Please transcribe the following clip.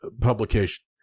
publication